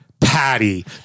Patty